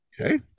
okay